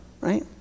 Right